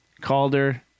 calder